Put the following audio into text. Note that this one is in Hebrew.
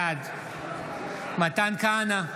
בעד מתן כהנא,